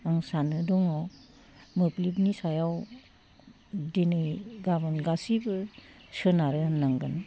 आं सानो दङ मोब्लिबनि सायाव दिनै गाबोन गासैबो सोनारो होन्नांगोन